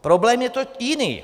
Problém je tu jiný.